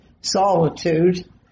solitude